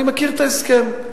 אני מכיר את ההסכם,